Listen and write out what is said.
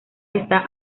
está